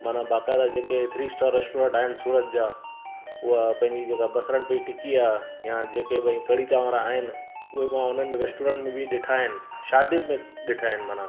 माना बाक़ाइदा जेके थ्री स्टार रैस्टोरैंट आहिनि सूरत जा उहा पंहिंजी जेकी बसरनि पे टिकी आहे या जेके बई कढ़ी चांवर आहिनि उहे मां हुननि रैस्टोरैंट में बि ॾिठा आहिनि शादियुनि में ॾिठा आहिनि माना